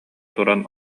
туран